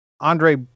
Andre